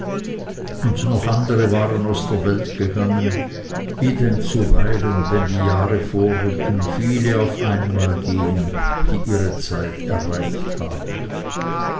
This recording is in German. und noch andere waren aus der welt gegangen wie denn zuweilen wenn die jahre vorrücken viele auf einmal gehen die ihre zeit erreicht haben